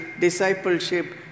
discipleship